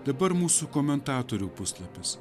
dabar mūsų komentatorių puslapis